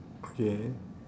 okay